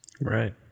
right